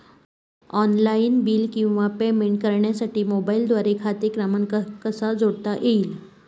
Online bill किंवा payment करण्यासाठी मोबाईलद्वारे खाते क्रमांक कसा जोडता येईल?